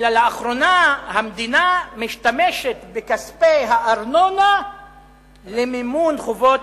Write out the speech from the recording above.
אלא לאחרונה המדינה משתמשת בכספי הארנונה למימון חובות